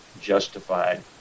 justified